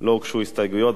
לא הוגשו הסתייגויות,